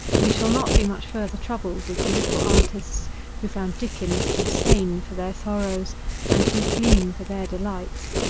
we shall not be much further troubled with the little artists who found dickens too sane for their sorrows and too clean for their delights.